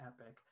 epic